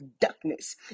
darkness